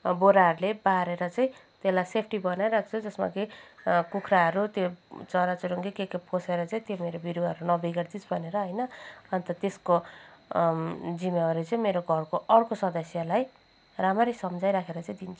बोराहरूले बारेर चाहिँ त्यसलाई सेफ्टी बनाइराख्छु जसमा कि कुखुराहरू त्यो चराचुरुङ्गी के के पसेर चाहिँ त्यो मेरो बिरुवाहरू नबिगारिदियोस् भनेर होइन अन्त त्यसको जिम्मेवारी चाहिँ मेरो घरको अर्को सदस्यलाई राम्ररी सम्झाइराखेर चाहिँ दिन्छु